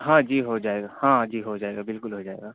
ہاں جی ہو جائے گا ہاں جی ہو جائے گا بالکل ہو جائے گا